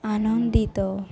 ଆନନ୍ଦିତ